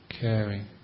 caring